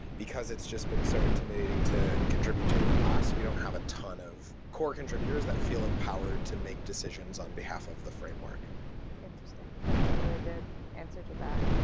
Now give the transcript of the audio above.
because it's just been so intimidating to contribute to in the past, we don't have a ton of core contributors that feel empowered to make decisions on behalf of the framework interesting. that's a very good answer to that.